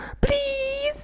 Please